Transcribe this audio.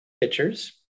pictures